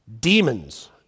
demons